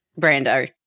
Brando